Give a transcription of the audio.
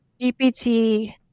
GPT